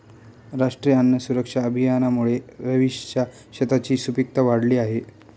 राष्ट्रीय अन्न सुरक्षा अभियानामुळे रवीशच्या शेताची सुपीकता वाढली आहे